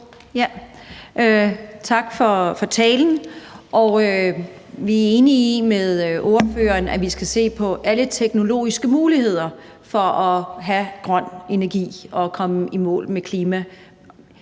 Tak for talen. Vi er enige med ordføreren i, at vi skal se på alle teknologiske muligheder for at have grøn energi og komme i mål med